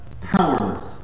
powerless